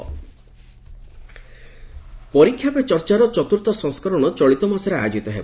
ପରୀକ୍ଷାପେ ଚର୍ଚ୍ଚା ପରୀକ୍ଷାପେ ଚର୍ଚ୍ଚାର ଚତ୍ରର୍ଥ ସଫସ୍କରଣ ଚଳିତ ମାସରେ ଆୟୋକିତ ହେବ